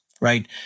right